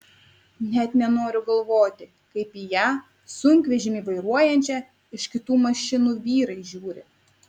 net nenoriu galvoti kaip į ją sunkvežimį vairuojančią iš kitų mašinų vyrai žiūri